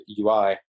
UI